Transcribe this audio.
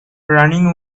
running